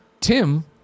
Tim